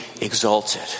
exalted